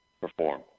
perform